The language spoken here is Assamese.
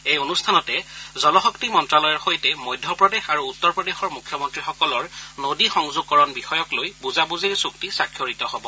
এই অনুষ্ঠানতে জল শক্তি মন্তালয়ৰ সৈতে মধ্যপ্ৰদেশ আৰু উত্তৰ প্ৰদেশৰ মুখমন্ত্ৰীসকলৰ নদী সংযোগকৰণ বিষয়ক লৈ বুজাবুজিৰ চুক্তি স্বাক্ষৰিত হব